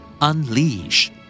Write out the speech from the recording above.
Unleash